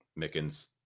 Mickens